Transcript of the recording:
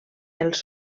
els